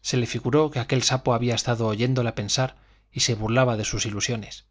se le figuró que aquel sapo había estado oyéndola pensar y se burlaba de sus ilusiones